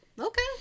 Okay